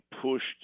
pushed